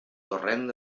torrent